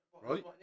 right